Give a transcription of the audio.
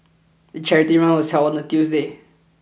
the charity run was held on a Tuesday